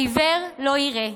העיוור לא יראה,